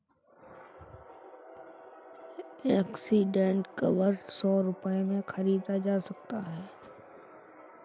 Accident cover कितने रुपए में खरीदा जा सकता है?